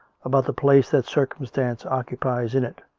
about the place that circumstance occupies in it,